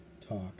talk